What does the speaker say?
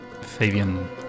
fabian